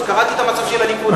קראתי את המצע של הליכוד.